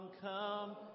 come